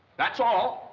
that's all.